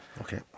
okay